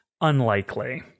Unlikely